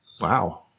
Wow